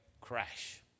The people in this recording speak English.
crash